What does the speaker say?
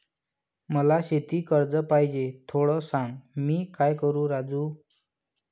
मला शेती कर्ज पाहिजे, थोडं सांग, मी काय करू राजू?